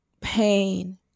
pain